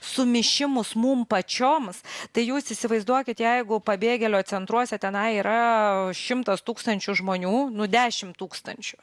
sumišimus mum pačioms tai jūs įsivaizduokit jeigu pabėgėlio centruose tenai yra šimtas tūkstančių žmonių nu dešim tūkstančių